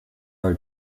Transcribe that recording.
are